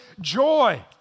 joy